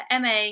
MA